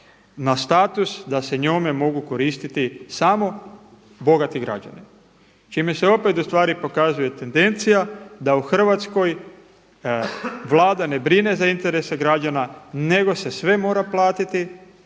na status da se njome mogu koristiti samo bogati građani čime se opet u stvari pokazuje tendencija da u Hrvatskoj Vlada ne brine za interese građana, nego se sve mora platiti.